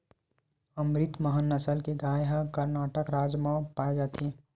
अमरितमहल नसल के गाय ह करनाटक राज म पाए जाथे